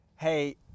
Hey